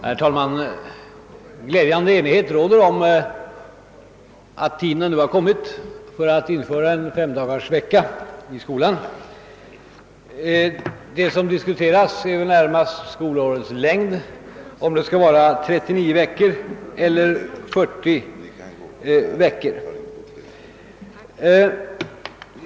Herr talman! Glädjande enighet råder om att tiden nu har kommit för att införa femdagarsvecka i skolan. Det som diskuteras är väl närmast skolårets längd — om det skall vara 39 veckor eller 40 veckor.